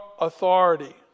authority